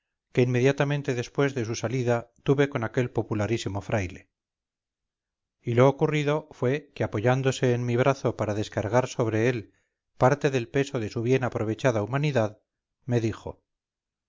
que inmediatamente después de su salida tuve con aquel popularísimo fraile y lo ocurrido fue que apoyándose en mi brazo para descargar sobre él parte del peso de su bien aprovechada humanidad me dijo